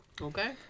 Okay